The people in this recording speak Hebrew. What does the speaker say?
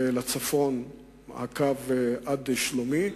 ולצפון הקו עד שלומי,